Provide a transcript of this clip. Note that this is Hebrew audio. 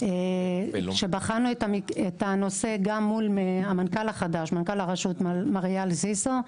כשבחנו את הנושא גם מול מנכ"ל הרשות מר אייל זיסו,